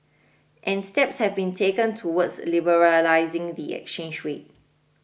and steps have been taken towards liberalising the exchange rate